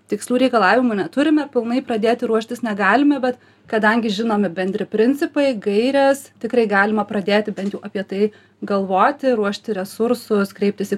tikslių reikalavimų neturime pilnai pradėti ruoštis negalime bet kadangi žinomi bendri principai gairės tikrai galima pradėti bent jau apie tai galvoti ruošti resursus kreiptis į